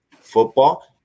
football